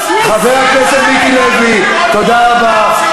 הם חבורה, חבר הכנסת מיקי לוי, תודה רבה.